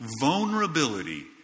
vulnerability